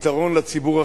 הפתרון לציבור החרדי.